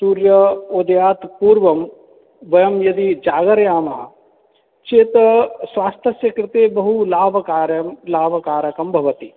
सूर्य उदयात् पूर्वं वयं यदि जागर्यामः चेत् स्वास्थस्य कृते बहुलाभकारं लाभकारकं भवति